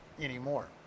anymore